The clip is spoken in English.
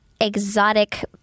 exotic